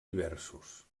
diversos